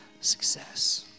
success